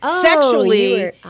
sexually